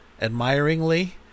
admiringly